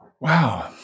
Wow